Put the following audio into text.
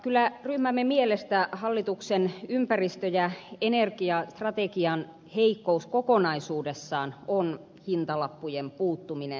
kyllä ryhmämme mielestä hallituksen ympäristö ja energiastrategian heikkous kokonaisuudessaan on hintalappujen puuttuminen